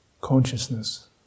consciousness